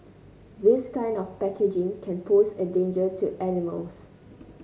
this kind of packaging can pose a danger to animals